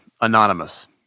Anonymous